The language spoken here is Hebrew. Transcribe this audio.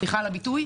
סליחה על הביטוי.